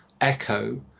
echo